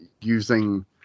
using